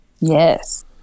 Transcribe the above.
Yes